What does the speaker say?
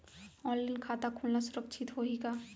Online खाता खोलना सुरक्षित होही का?